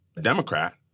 Democrat